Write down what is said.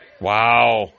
Wow